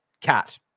cat